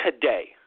today